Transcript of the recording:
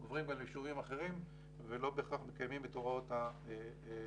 הם עוברים ליישובים אחרים ולא בהכרח מקיימים את הוראות ההיתר.